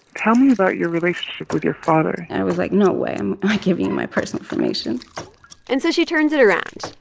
tell me about your relationship with your father and i was like, no way am i giving you my personal information and so she turns it around,